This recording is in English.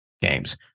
games